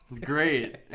Great